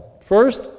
First